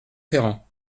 ferrand